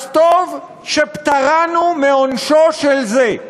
אז טוב שפטרנו מעונשו של זה,